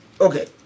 Okay